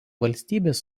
valstybės